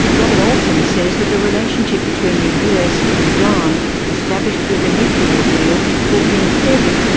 robert olson says that the relationship between the us and iran established through the nuclear deal will be important,